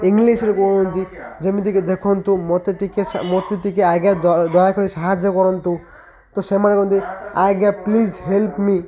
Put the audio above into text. ଇଂଲିଶ୍ରେ କୁହନ୍ତି ଯେମିତିକି ଦେଖନ୍ତୁ ମୋତେ ଟିକେ ମୋତେ ଟିକେ ଆଜ୍ଞା ଦୟା କରି ସାହାଯ୍ୟ କରନ୍ତୁ ତ ସେମାନେ କହନ୍ତି ଆଜ୍ଞା ପ୍ଲିଜ୍ ହେଲ୍ପ ମି